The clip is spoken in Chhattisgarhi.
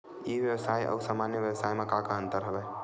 ई व्यवसाय आऊ सामान्य व्यवसाय म का का अंतर हवय?